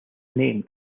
name